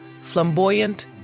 flamboyant